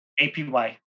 APY